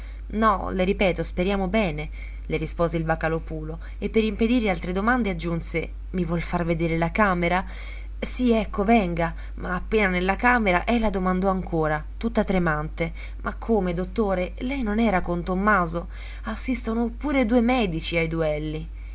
no le ripeto speriamo bene le rispose il vocalòpulo e per impedire altre domande aggiunse i vuol far vedere la camera sì ecco venga ma appena nella camera ella domandò ancora tutta tremante ma come dottore lei non era con tommaso assistono pure due medici ai duelli